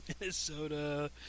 Minnesota